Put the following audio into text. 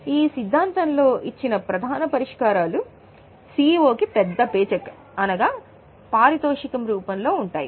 ఈ సిద్ధాంతంలో ఇచ్చిన ప్రధాన పరిష్కారాలు పెద్ద పే చెక్ అనగా పారితోషికం రూపంలో ఉన్నాయి